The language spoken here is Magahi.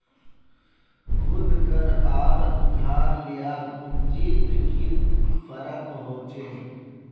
खुद कार आर उधार लियार पुंजित की फरक होचे?